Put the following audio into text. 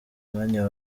mwanya